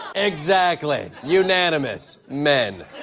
exactly, unanimous men.